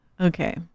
Okay